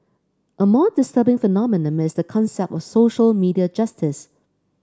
a more disturbing phenomenon is the concept of social media justice